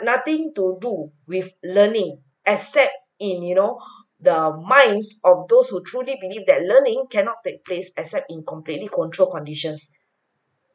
nothing to do with learning except in you know the minds of those who truly believe that learning cannot take place except in completely controlled conditions